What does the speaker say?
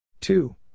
Two